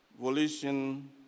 volition